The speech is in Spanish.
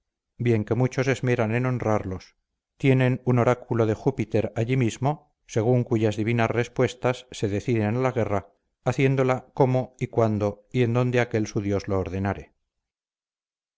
bien que mucho se esmeran en honrarlos tienen un oráculo de júpiter allí mismo según cuyas divinas respuestas se deciden a la guerra haciéndola cómo y cuándo y en dónde aquel su dios lo ordenare